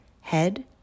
head